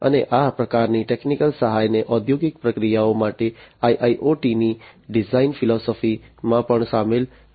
અને આ પ્રકારની ટેકનિકલ સહાયને ઔદ્યોગિક પ્રક્રિયાઓ માટે IIoTની ડિઝાઇન ફિલોસોફીમાં પણ સામેલ કરવી પડશે